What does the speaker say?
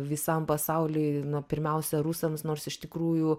visam pasauliui pirmiausia rusams nors iš tikrųjų